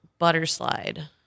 Butterslide